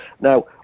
Now